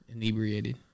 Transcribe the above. Inebriated